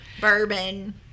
bourbon